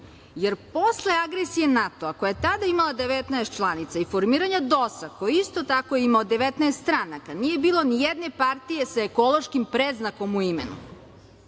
jer posle agresije NATO-a, koja je tada imala 19 članica i formiranja DOS-a, koji je isto tako imao 19 stranaka, nije bilo nijedne partije sa ekološkim predznakom u imenu.